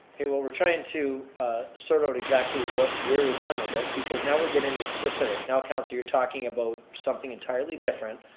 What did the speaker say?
okay what we're trying to sort out exactly where we're we're going with this, because now we're getting into specifics. now councilor you're talking about something entirely different,